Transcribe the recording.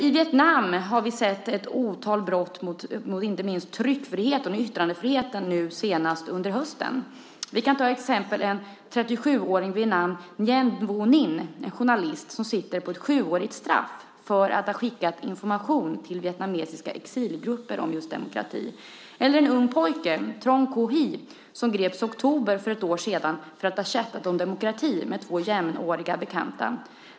I Vietnam har vi sett ett otal brott mot inte minst tryckfriheten och yttrandefriheten, och nu senast under hösten. Vi kan ta exemplet med en 37-åring vid namn Nguyen Vu Ninh, en journalist som sitter på ett sjuårigt straff för att ha skickat information till vietnamesiska exilgrupper om just demokrati. Ett annat exempel är en ung pojke, Truong Quoc Huy, som greps i oktober för ett år sedan för att ha chattat om demokrati med två jämnåriga bekanta.